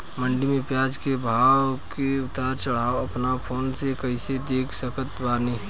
मंडी मे प्याज के भाव के उतार चढ़ाव अपना फोन से कइसे देख सकत बानी?